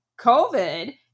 COVID